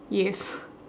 yes